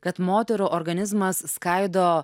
kad moterų organizmas skaido